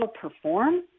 perform